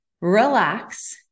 relax